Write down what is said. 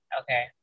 okay